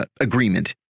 agreement